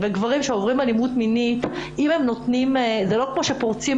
מקרה של אלימות מינית הוא לא כמו מקרה של פריצת